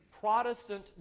Protestant